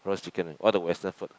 roast chicken ah what the western food